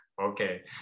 okay